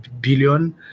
billion